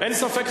אין ספק,